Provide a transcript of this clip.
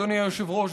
אדוני היושב-ראש,